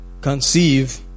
conceive